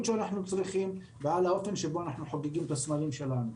שאנחנו צריכים ועל האופן שבו אנחנו חוגגים את הסמלים שלנו.